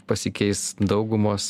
pasikeis daugumos